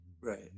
right